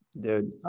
Dude